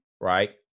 right